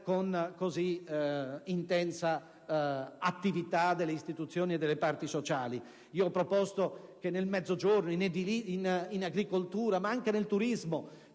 con così intensa attività delle istituzioni e delle parti sociali. Io ho proposto che nel Mezzogiorno, in agricoltura ma anche nel turismo,